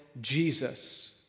Jesus